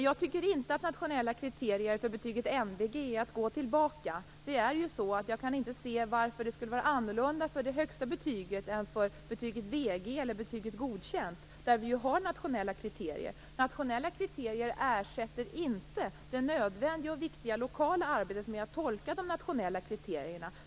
Jag tycker inte att det är att gå tillbaka att utarbeta nationella kriterier för betyget MVG. Jag kan inte förstå varför det skulle vara annorlunda för det högsta betyget än för betyget VG eller betyget Godkänd, där vi ju har nationella kriterier. Nationella kriterier ersätter inte det nödvändiga och viktiga lokala arbetet med att tolka de nationella kriterierna.